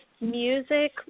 music